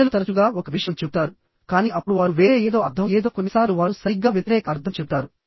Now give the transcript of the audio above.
ప్రజలు తరచుగా ఒక విషయం చెబుతారు కానీ అప్పుడు వారు వేరే ఏదో అర్థం ఏదో కొన్నిసార్లు వారు సరిగ్గా వ్యతిరేక అర్థం చెపుతారు